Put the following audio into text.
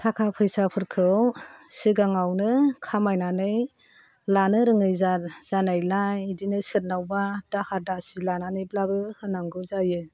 थाखा फैसाफोरखौ सिगाङावनो खामायनानै लानो रोङै जा जानायलाय बिदिनो सोरनावबा दाहार दासि लानानैब्लाबो होनांगौ जायो